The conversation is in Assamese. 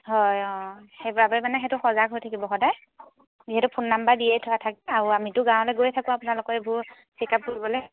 হয় অঁ সেইবাবে মানে সেইটো সজাগ হৈ থাকিব সদায় যিহেতু ফোন নাম্বাৰ দিয়ে থকা থাকে আৰু আমিতো গাঁৱলৈ গৈ থাকোঁ আপোনালোকে এইবোৰ চেক আপ কৰিবলৈ